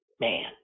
man